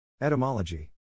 Etymology